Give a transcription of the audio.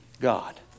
God